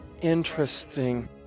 Interesting